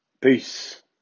Peace